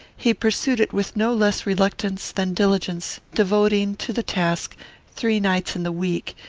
he pursued it with no less reluctance than diligence, devoting to the task three nights in the week,